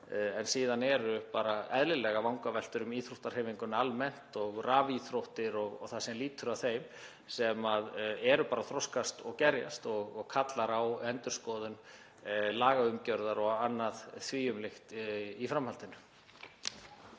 Síðan eru bara, eðlilega, vangaveltur um íþróttahreyfinguna almennt og rafíþróttir og það sem lýtur að þeim sem eru að þroskast og gerjast og kalla á endurskoðun lagaumgjarðar og annað því um líkt í framhaldinu.